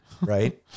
Right